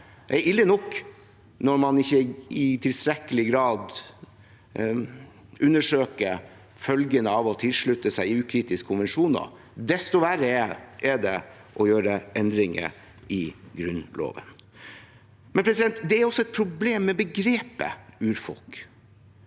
Det er ille nok når man ikke i tilstrekkelig grad undersøker følgene av ukritisk å tilslutte seg konvensjoner, desto verre er det å gjøre endringer i Grunnloven. Det er også et problem med begrepet «urfolk»,